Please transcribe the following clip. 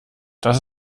das